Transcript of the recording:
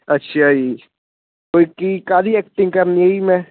ਅੱਛਾ ਜੀ ਕੋਈ ਕੀ ਕਾਹਦੀ ਐਕਟਿੰਗ ਕਰਨੀ ਜੀ ਮੈਂ